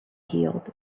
healed